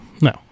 No